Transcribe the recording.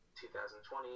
2020